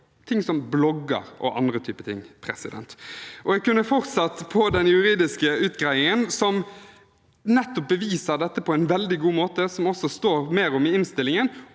ting som blogger og andre typer ting. Jeg kunne fortsatt på den juridiske utgreiingen, som nettopp beviser dette på en veldig god måte, som det også står mer om i innstillingen,